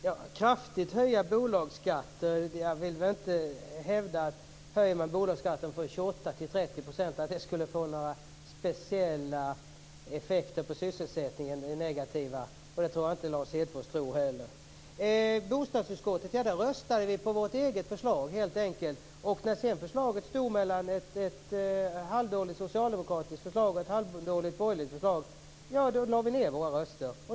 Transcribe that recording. Fru talman! Kraftigt höjda bolagsskatter, säger Lars Hedfors. Jag vill inte hävda att en höjning av bolagsskatten från 28 % till 30 % skulle få några speciella negativa effekter på sysselsättningen. Det tror jag inte Lars Hedfors tror heller. I bostadsutskottet röstade vi på vårt eget förslag, helt enkelt. När det sedan stod mellan ett halvdåligt socialdemokratiskt förslag och ett halvdåligt borgerligt förslag lade vi ned våra röster.